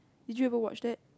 did you ever watch that